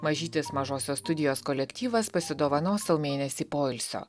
mažytis mažosios studijos kolektyvas pasidovanos sau mėnesį poilsio